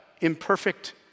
imperfect